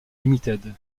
limited